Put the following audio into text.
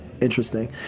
interesting